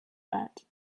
that